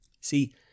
See